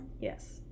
Yes